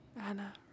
Anna